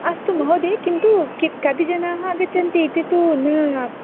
अस्तु महोदये किन्तु कति जनाः आगच्छन्ति इति तु न